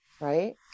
right